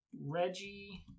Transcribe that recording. Reggie